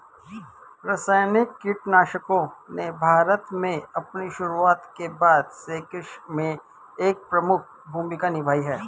रासायनिक कीटनाशकों ने भारत में अपनी शुरुआत के बाद से कृषि में एक प्रमुख भूमिका निभाई है